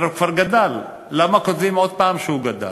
אבל הוא כבר גדל, למה כותבים עוד פעם שהוא גדל?